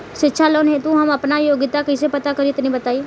शिक्षा लोन हेतु हम आपन योग्यता कइसे पता करि तनि बताई?